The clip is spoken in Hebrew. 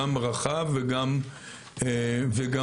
גם רחב וגם עמוק.